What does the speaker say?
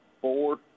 four